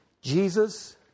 Jesus